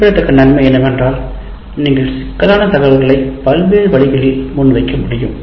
குறிப்பிடத்தக்க நன்மை என்னவென்றால் நீங்கள் சிக்கலான தகவல்களை பல்வேறு வழிகளில் முன்வைக்க முடியும்